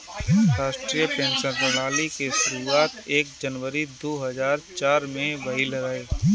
राष्ट्रीय पेंशन प्रणाली के शुरुआत एक जनवरी दू हज़ार चार में भईल रहे